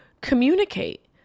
communicate